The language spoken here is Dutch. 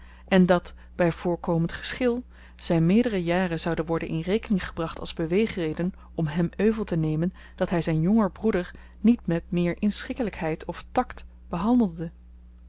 en dat by voorkomend geschil zyn meerdere jaren zouden worden in rekening gebracht als beweegreden om hem euvel te nemen dat hy zyn jonger broeder niet met meer inschikkelykheid of takt behandelde